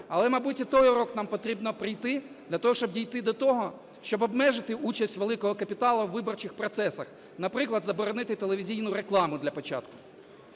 Але, мабуть, і той урок нам потрібно пройти, для того щоб дійти до того, щоб обмежити участь великого капіталу у виборчих процесах, наприклад, заборонити телевізійну рекламу для початку.